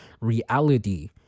reality